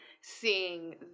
seeing